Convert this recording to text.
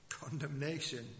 condemnation